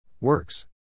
Works